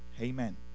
amen